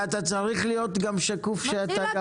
אבל אתה צריך להיות גם שקוף שאתה גם